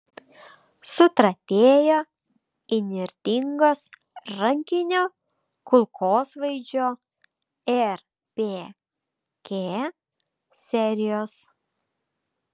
sutratėjo įnirtingos rankinio kulkosvaidžio rpk serijos